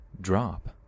drop